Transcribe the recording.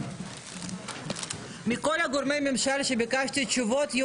הישיבה ננעלה בשעה 13:24.